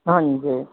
ਹਾਂਜੀ